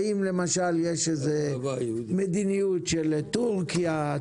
האם למשל יש מדיניות של טורקיה,